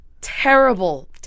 terrible